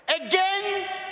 Again